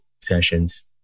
sessions